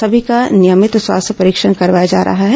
समी का नियमित स्वास्थ्य परीक्षण करवाया जा रहा है